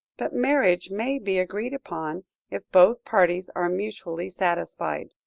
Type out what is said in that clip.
but marriage may be agreed upon if both parties are mutually satisfied.